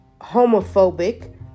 homophobic